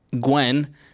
Gwen